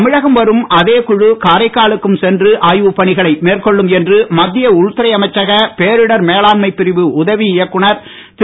தமிழகம் வரும் அதே குழு காரைக்காலுக்கும் சென்று ஆய்வு பணிகளை மேற்கொள்ளும் என்று மத்திய உள்துறை அமைச்சக பேரிடர் மேலாண்மை பிரிவு உதவி இயக்குநர் திரு